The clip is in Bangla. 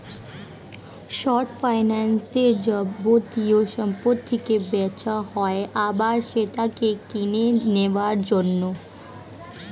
শর্ট ফাইন্যান্সে যাবতীয় সম্পত্তিকে বেচা হয় আবার সেটাকে কিনে নেওয়ার জন্য